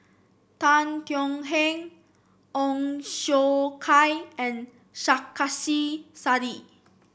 Tan Thuan Heng Ong Siong Kai and Sarkasi Said